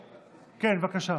כן, בבקשה.